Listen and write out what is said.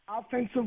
Offensive